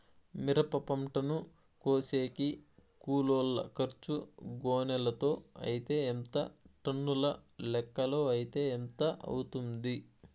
మిరప పంటను కోసేకి కూలోల్ల ఖర్చు గోనెలతో అయితే ఎంత టన్నుల లెక్కలో అయితే ఎంత అవుతుంది?